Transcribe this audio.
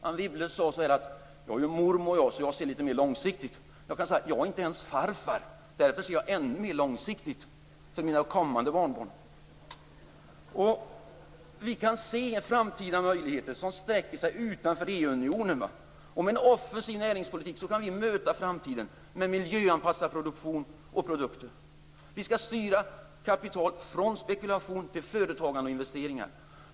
Anne Wibble sade att hon var ju mormor, så hon såg det litet mer långsiktigt. Jag är inte ens farfar, därför ser jag det ännu mer långsiktigt för mina kommande barnbarn. Vi kan se framtida möjligheter som sträcker sig utanför EU. Med en offensiv näringspolitik kan vi möta framtiden med en miljöanpassad produktion och miljöanpassade produkter. Vi skall styra kapital från spekulation till företagande och investeringar.